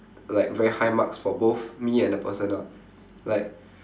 like very high marks for both me and the person ah like